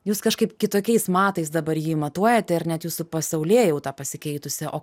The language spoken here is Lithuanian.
jūs kažkaip kitokiais matais dabar jį matuojate ir net jūsų pasaulėjauta pasikeitusi o